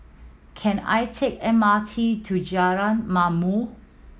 can I take M R T to Jalan Ma'mor